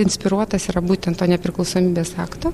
inspiruotas yra būtent to nepriklausomybės akto